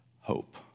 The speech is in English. hope